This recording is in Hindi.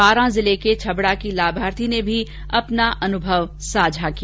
बारां जिले के छबड़ा की लाभार्थी ने भी अपना अनुभव साझा किया